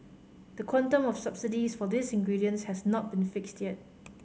the quantum of subsidies for these ingredients has not been fixed yet